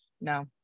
No